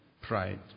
pride